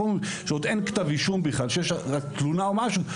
עוד אין כתב אישום אלא תלונה או משהו,